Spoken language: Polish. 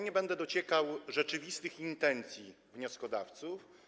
Nie będę dociekał rzeczywistych intencji wnioskodawców.